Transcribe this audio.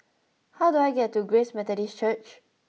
how do I get to Grace Methodist Church